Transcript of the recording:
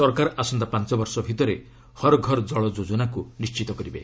ସରକାର ଆସନ୍ତା ପାଞ୍ଚ ବର୍ଷ ଭିତରେ ହର୍ ଘର୍ ଜଳ ଯୋଜନାକୁ ନିଶ୍ଚିତ କରିବେ